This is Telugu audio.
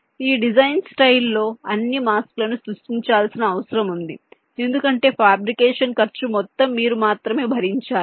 ఈ డిజైన్ స్టైల్ లో అన్ని మాస్క్ లను సృష్టించాల్సిన అవసరం వుంది ఎందుకంటే ఫ్యాబ్రికేషన్ ఖర్చు మొత్తం మీరు మాత్రమే భరించాలి